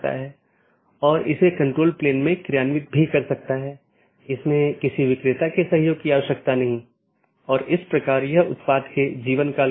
जैसे मैं कहता हूं कि मुझे वीडियो स्ट्रीमिंग का ट्रैफ़िक मिलता है या किसी विशेष प्रकार का ट्रैफ़िक मिलता है तो इसे किसी विशेष पथ के माध्यम से कॉन्फ़िगर या चैनल किया जाना चाहिए